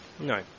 No